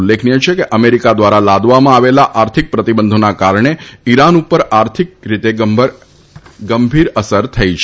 ઉલ્લેખનીય છે કે અમેરિકા દ્વારા લાદવામાં આવેલા આર્થિક પ્રતિબંધોના કારણે ઇરાન ઉપર આર્થિક રીતે ગંભીર અસર થઇ છે